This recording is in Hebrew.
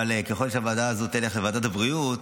אבל ככל שההצעה הזאת תלך לוועדת הבריאות,